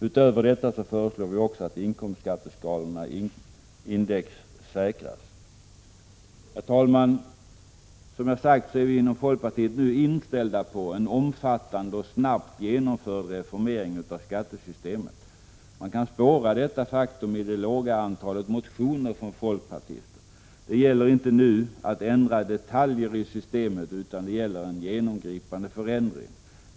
Utöver detta föreslår vi att inkomsskatteskalorna skall indexsäkras. Herr talman! Som jag sagt är vi inom folkpartiet nu inställda på en omfattande och snabbt genomförd reformering av skattesystemet. Man kan spåra detta faktum i det låga antalet motioner från folkpartiet. Det gäller inte nu att ändra detaljer i systemet utan att genomföra en genomgripande förändring.